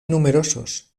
numerosos